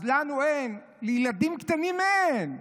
אז לנו אין, לילדים קטנים אין,